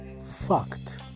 fact